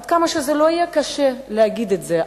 עד כמה שזה לא יהיה קשה להגיד את זה,